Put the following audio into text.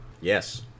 Yes